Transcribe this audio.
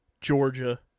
Georgia